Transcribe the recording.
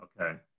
okay